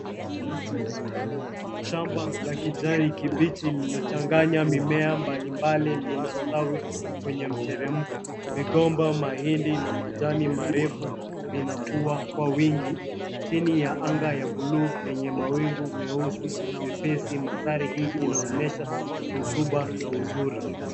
Shamba la kijani kibichi liliochanganya mimea mbalimbali linastawi kwenye mteremko. Migomba, mahindi na majani marefu vinakua kwa wingi chini ya anga ya bluu lenye mawingu meusi, mepesi. Mandhari hii inaonyesha rutuba na uzuri.